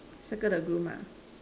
circle the groom ah